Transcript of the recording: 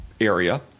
area